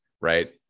Right